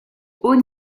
haut